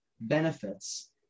benefits